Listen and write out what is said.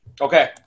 Okay